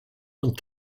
und